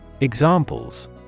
Examples